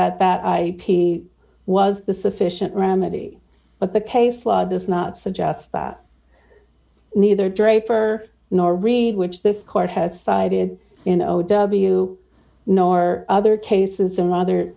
that that i was the sufficient remedy but the case law does not suggest that neither draper nor read which this court has sided in o w nor other cases in other